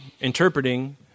interpreting